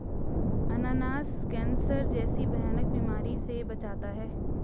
अनानास कैंसर जैसी भयानक बीमारी से बचाता है